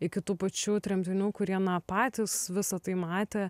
iki tų pačių tremtinių kurie na patys visa tai matė